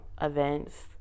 events